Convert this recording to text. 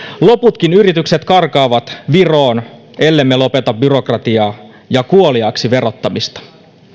loputkin yritykset karkaavat viroon ellemme lopeta byrokratiaa ja kuoliaaksi verottamista